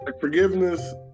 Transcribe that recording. Forgiveness